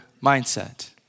mindset